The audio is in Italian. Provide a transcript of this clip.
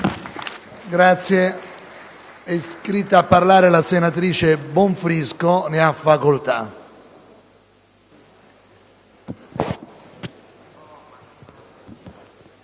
È iscritta a parlare la senatrice Bonfrisco. Ne ha facoltà.